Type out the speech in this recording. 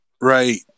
Right